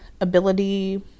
ability